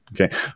Okay